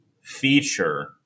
feature